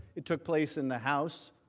it took place in the house.